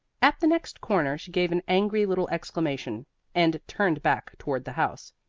at the next corner she gave an angry little exclamation and turned back toward the house.